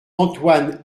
antoine